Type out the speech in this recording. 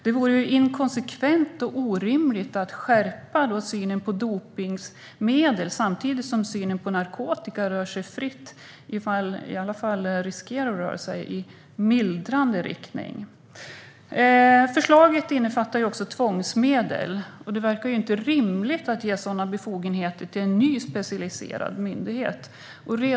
Det vore inkonsekvent och orimligt att skärpa straffen när det gäller dopningsmedel samtidigt som synen på narkotika riskerar att röra sig i mildrande riktning. Förslaget innefattar också tvångsmedel. Det verkar inte rimligt att ge sådana befogenheter till en ny specialiserad myndighet.